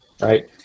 right